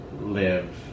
live